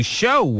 show